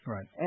Right